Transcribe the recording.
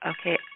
Okay